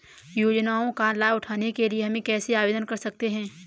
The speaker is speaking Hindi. योजनाओं का लाभ उठाने के लिए हम कैसे आवेदन कर सकते हैं?